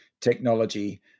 technology